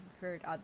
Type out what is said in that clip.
heard